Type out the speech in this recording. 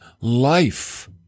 life